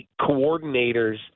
coordinators